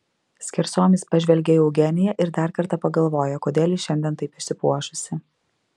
skersom jis pažvelgia į eugeniją ir dar kartą pagalvoja kodėl ji šiandien taip išsipuošusi